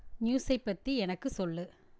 நியூஸை பற்றி எனக்கு சொல்